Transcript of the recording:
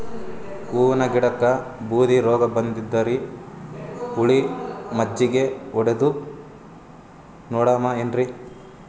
ಹೂವಿನ ಗಿಡಕ್ಕ ಬೂದಿ ರೋಗಬಂದದರಿ, ಹುಳಿ ಮಜ್ಜಗಿ ಹೊಡದು ನೋಡಮ ಏನ್ರೀ?